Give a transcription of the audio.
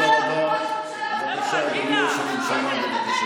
בבקשה, אדוני ראש הממשלה.